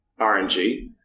RNG